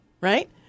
right